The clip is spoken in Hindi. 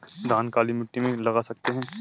धान काली मिट्टी में लगा सकते हैं?